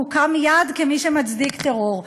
מוקע מייד כמי שמצדיק טרור.